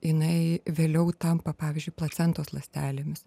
jinai vėliau tampa pavyzdžiui placentos ląstelėmis